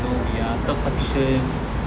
you know we are self sufficient